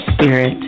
spirit